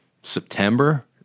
September